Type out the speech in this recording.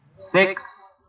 six